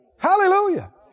Hallelujah